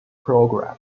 program